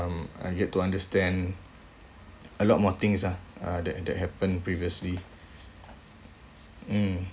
um I get to understand a lot more things ah uh that that happened previously mm